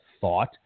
thought